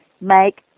make